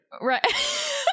Right